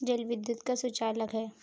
जल विद्युत का सुचालक है